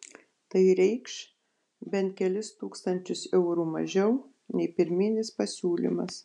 tai reikš bent kelis tūkstančius eurų mažiau nei pirminis pasiūlymas